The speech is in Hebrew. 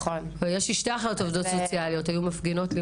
ויש לי שתי אחיות עובדות סוציאליות והן היו מפגינות.